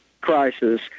crisis